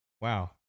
Wow